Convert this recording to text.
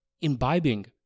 imbibing